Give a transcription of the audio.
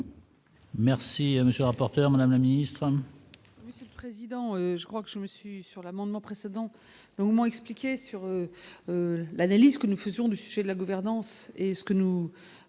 Merci, monsieur le rapporteur, Madame la ministre.